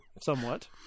somewhat